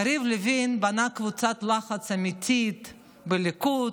יריב לוין בנה קבוצת לחץ אמיתית בליכוד,